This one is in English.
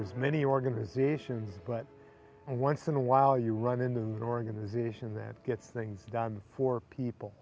has many organizations but once in a while you run in the organization that gets things done for people